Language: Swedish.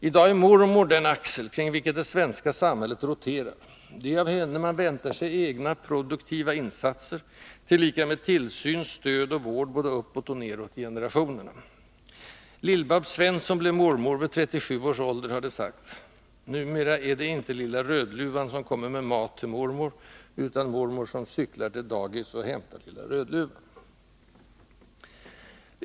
I dag är mormor den axel kring vilken det svenska samhället roterar. Det är av henne man väntar sig egna produktiva insatser, tillika med tillsyn, stöd och vård både uppåt och nedåt i generationerna. Lill-Babs Svensson blev mormor vid 37 års ålder, har det sagts. Numera är det inte lilla Rödluvan som kommer med mat till mormor, utan det är mormor som cyklar till dagis och hämtar lilla Rödluvan.